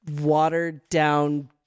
watered-down